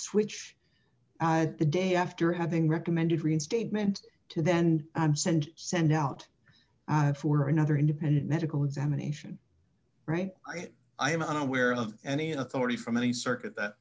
switch the day after having recommended reinstatement to then and send send out for another independent medical examination right i am unaware of any authority from any circuit that